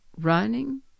Running